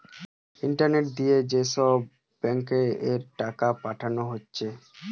internet দিয়ে যে সব ব্যাঙ্ক এ টাকা পাঠানো হতিছে